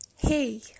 hey